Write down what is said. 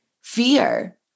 fear